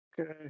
Okay